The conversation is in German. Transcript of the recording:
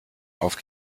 auf